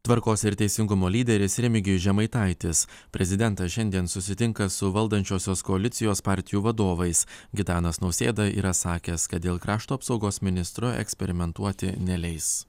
tvarkos ir teisingumo lyderis remigijus žemaitaitis prezidentas šiandien susitinka su valdančiosios koalicijos partijų vadovais gitanas nausėda yra sakęs kad dėl krašto apsaugos ministro eksperimentuoti neleis